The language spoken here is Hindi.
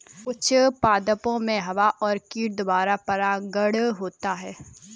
कुछ पादपो मे हवा और कीट द्वारा परागण होता है